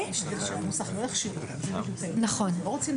אחרת,